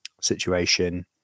situation